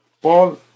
Paul